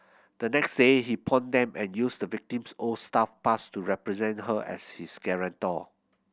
the next day he pawned them and used the victim's old staff pass to represent her as his guarantor